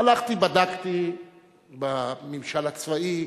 הלכתי ובדקתי בממשל הצבאי,